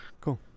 cool